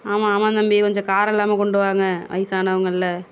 ஆமாம் ஆமாம் தம்பி கொஞ்சம் காரம் இல்லாமல் கொண்டு வாங்க வயசானவங்கல்ல